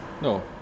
No